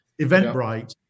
Eventbrite